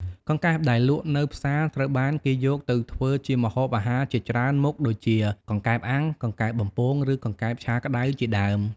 កង្កែបដែលលក់នៅផ្សារត្រូវបានគេយកទៅធ្វើជាម្ហូបអាហារជាច្រើនមុខដូចជា កង្កែបអាំង កង្កែបបំពង ឬកង្កែបឆាក្ដៅជាដើម។